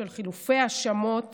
של חילופי האשמות